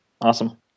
Awesome